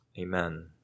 Amen